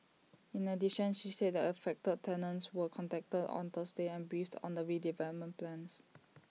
in addition she said that affected tenants were contacted on Thursday and briefed on the redevelopment plans